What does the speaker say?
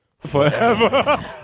Forever